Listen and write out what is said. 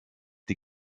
die